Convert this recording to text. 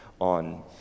on